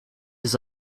his